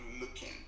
looking